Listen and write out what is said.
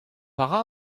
petra